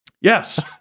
Yes